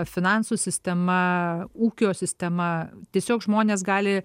finansų sistema ūkio sistema tiesiog žmonės gali